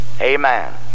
amen